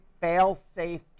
fail-safe